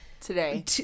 today